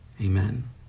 Amen